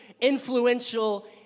influential